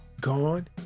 Gone